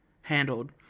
handled